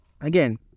Again